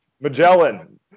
Magellan